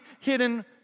hidden